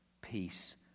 peace